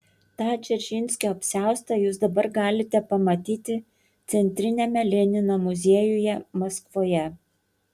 tą dzeržinskio apsiaustą jūs dabar galite pamatyti centriniame lenino muziejuje maskvoje